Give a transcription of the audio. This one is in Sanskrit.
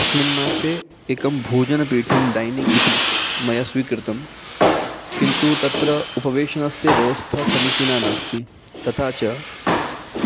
अस्मिन् मासे एकं भोजनपीठं डैनिङ्ग् इति मया स्वीकृतं किन्तु तत्र उपवेशनस्य व्यवस्था समीचीना नास्ति तथा च